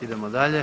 Idemo dalje.